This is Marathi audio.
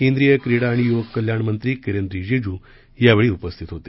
केंद्रीय क्रीडा आणि यूवक कल्याणमंत्री किरेन रीजीजू यावेळी उपस्थित होते